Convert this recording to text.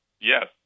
Yes